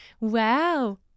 Wow